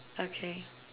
okay